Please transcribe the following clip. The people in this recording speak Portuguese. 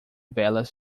velas